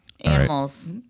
Animals